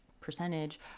percentage